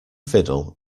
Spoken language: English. fiddle